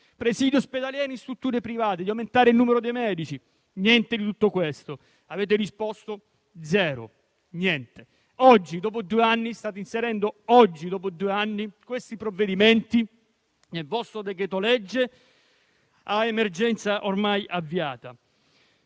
presidi ospedalieri in strutture private e di aumentare il numero dei medici. Niente di tutto questo: avete risposto zero, niente. Oggi, dopo due anni, state inserendo tali provvedimenti nel vostro decreto-legge, a emergenza ormai avviata.